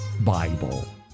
bible